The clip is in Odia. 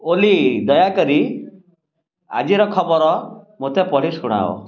ଓଲି ଦୟାକରି ଆଜିର ଖବର ମୋତେ ପଢ଼ି ଶୁଣାଅ